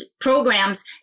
programs